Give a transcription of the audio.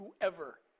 whoever